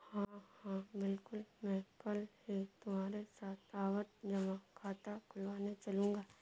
हां हां बिल्कुल मैं कल ही तुम्हारे साथ आवर्ती जमा खाता खुलवाने चलूंगा